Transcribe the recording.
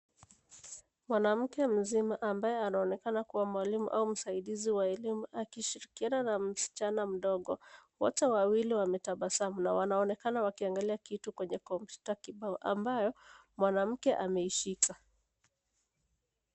Mwanamke mmzima ambaye anayeonekana kuwa mwalimu au msaidizi wa elimu, akishirikiana na mschana mdogo, wote wawili wametabasamu na wanaonekana wakiangalia kitu kwenye komputa kibao ambayo mwanamke ameishika.